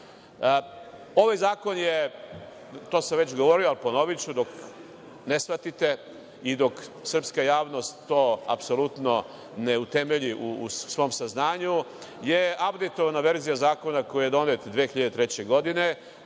zakon je, to sam već govorio, ali ponoviću dok ne shvatite i dok srpska javnost to apsolutno ne utemelji u svom saznanju, je apdejtovana verzija zakona koji je donet 2003. godine.